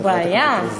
זו בעיה?